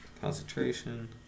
Concentration